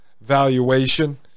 valuation